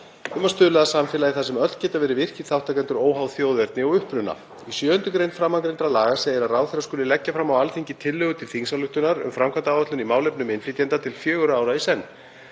að stuðla að samfélagi þar sem öll geta verið virkir þátttakendur óháð þjóðerni og uppruna. Í 7. gr. framangreindra laga segir að ráðherra skuli leggja fram á Alþingi tillögu til þingsályktunar um framkvæmdaáætlun í málefnum innflytjenda til fjögurra ára í senn.